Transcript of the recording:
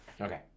okay